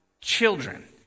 children